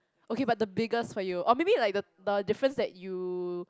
okay but the biggest for you or maybe like the the difference that you